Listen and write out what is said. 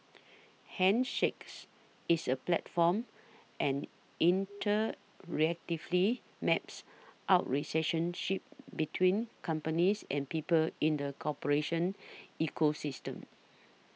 handshakes is a platform and interactively maps out recession ship between companies and people in the corporation ecosystem